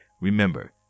Remember